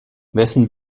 wessen